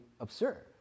absurd